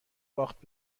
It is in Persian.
باخت